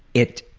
it